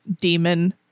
demon